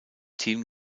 team